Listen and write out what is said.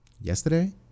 yesterday